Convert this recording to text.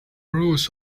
rules